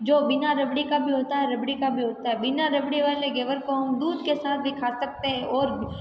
जो बिना रबड़ी का भी होता है रबड़ी का भी होता है बिना रबड़ी वाले घेवर को हम दूध के साथ भी खा सकते हैं और